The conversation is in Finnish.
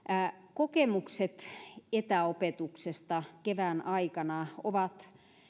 kokemukset etäopetuksesta kevään aikana ovat